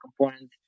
component